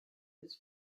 his